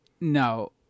no